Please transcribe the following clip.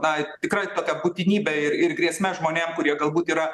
na ir tikrai tokia būtinybe ir ir grėsme žmonėm kurie galbūt yra